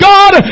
God